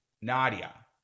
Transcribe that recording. Nadia